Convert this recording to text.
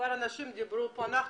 אושר פה אחד.